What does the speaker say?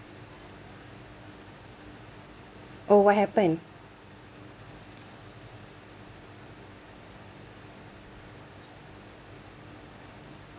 oh what happened